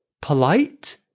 polite